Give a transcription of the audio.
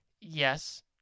Yes